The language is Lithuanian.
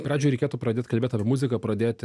pradžioj reikėtų pradėt kalbėt apie muziką pradėti